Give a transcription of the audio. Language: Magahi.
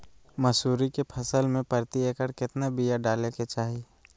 मसूरी के फसल में प्रति एकड़ केतना बिया डाले के चाही?